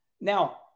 Now